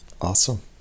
Awesome